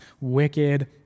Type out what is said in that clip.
wicked